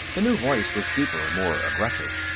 the new voice was deeper, more aggressive.